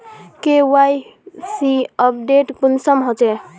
KYC update कुंसम होचे?